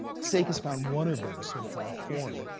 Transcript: sekar has found one of those so far corin.